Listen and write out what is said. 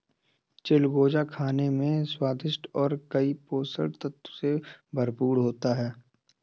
चिलगोजा खाने में स्वादिष्ट और कई पोषक तत्व से भरपूर होता है